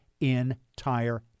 entire